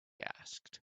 asked